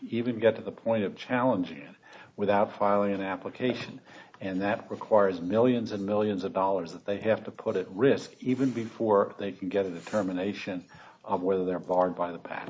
even get to the point of challenge without filing an application and that requires millions and millions of dollars that they have to put it risk even before they can get a determination of whether they're barred by the pat